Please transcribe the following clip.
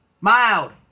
Mild